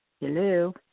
Hello